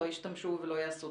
לא ישתמשו ולא יעשו.